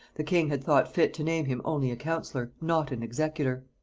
the king had thought fit to name him only a counsellor, not an executor.